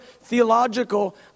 theological